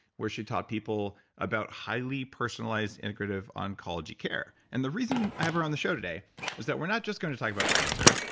where she taught people about highly personalized integrative oncology care and the reason i have her on the show today is that we're not just going to talk about cancer,